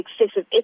excessive